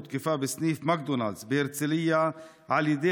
הותקפה בסניף מקדונלד'ס בהרצליה על ידי